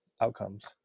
outcomes